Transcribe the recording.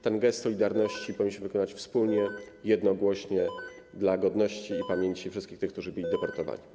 Ten gest solidarności powinniśmy wykonać wspólnie, jednogłośnie, dla godności i pamięci wszystkich tych, którzy byli deportowani.